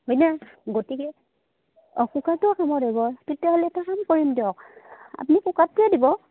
হয়নে গতিকে অঁ কুকাৰটো কাম তেতিয়াহ'লে এটা কাম কৰিম দিয়ক আপুনি কুকাৰটোৱে দিব